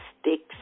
sticks